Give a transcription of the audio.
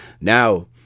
now